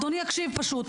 אדוני יקשיב פשוט,